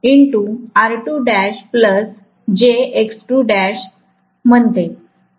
तर मीम्हणते